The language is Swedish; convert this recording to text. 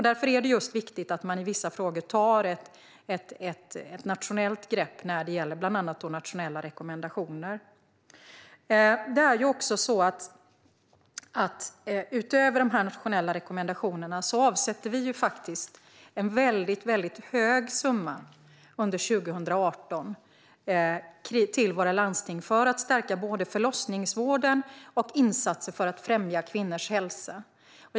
Därför är det viktigt att det i vissa frågor tas ett nationellt grepp, bland annat när det gäller nationella rekommendationer. Utöver de här nationella rekommendationerna avsätter vi också en väldigt hög summa under 2018 till våra landsting, för att stärka både förlossningsvården och insatser för att främja kvinnors hälsa.